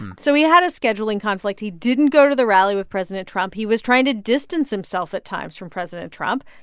and so he had a scheduling conflict. he didn't go to the rally with president trump. he was trying to distance himself at times from president trump.